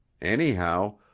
Anyhow